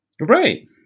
right